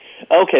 Okay